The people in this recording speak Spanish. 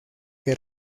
que